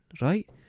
right